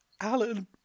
alan